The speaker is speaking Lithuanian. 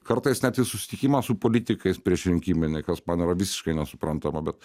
kartais net į susitikimą su politikais prieš rinkiminį kas man yra visiškai nesuprantama bet